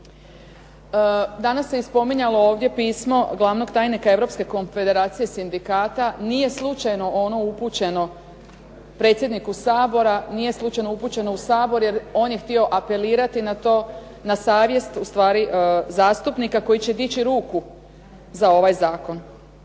Danas se i spominjalo ovdje pismo glavnog tajnika europske konfederacije sindikata nije slučajno ono upućeno predsjedniku Sabora, nije slučajno upućeno u Sabor jer on je htio apelirati na to, na savjest u stvari zastupnika koji će dići ruku za ovaj zakon.